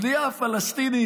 הבנייה הפלסטינית,